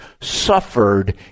suffered